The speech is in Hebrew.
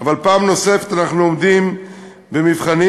אבל פעם נוספת אנחנו עומדים במבחנים,